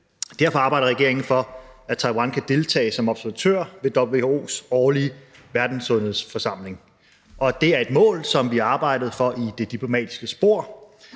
Derfor arbejder regeringen for, at Taiwan kan deltage som observatør ved WHO's årlige Verdenssundhedsforsamling. Det er et mål, som vi arbejder for i det diplomatiske spor.